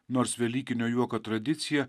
nors velykinio juoko tradicija